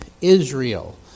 Israel